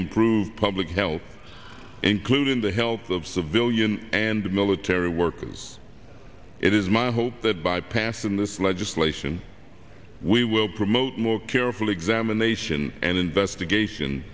improve public health including the health of civilian and military workers it is my hope that by passing this legislation we will promote more careful examination and investigation